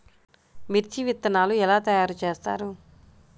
మిర్చి విత్తనాలు ఎలా తయారు చేస్తారు?